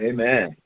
Amen